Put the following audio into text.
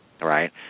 right